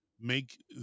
make